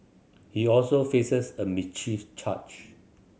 he also faces a mischief charge